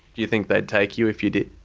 you think they'd take you if you did?